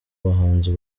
bahanzi